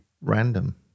random